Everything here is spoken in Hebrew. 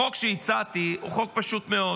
החוק שהצעתי הוא חוק פשוט מאוד: